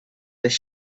their